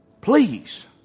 Please